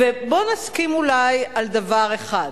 ובוא נסכים אולי על דבר אחד,